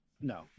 no